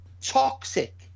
toxic